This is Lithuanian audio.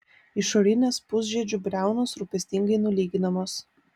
išorinės pusžiedžių briaunos rūpestingai nulyginamos